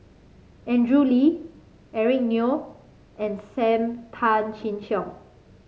Andrew Lee Eric Neo and Sam Tan Chin Siong